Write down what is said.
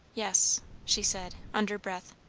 yes she said, under breath.